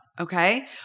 okay